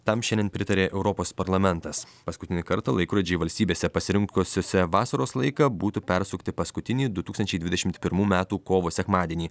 tam šiandien pritarė europos parlamentas paskutinį kartą laikrodžiai valstybėse pasirinkusiose vasaros laiką būtų persukti paskutinį du tūkstančiai dvidešimt pirmų metų kovo sekmadienį